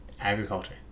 agriculture